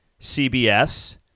CBS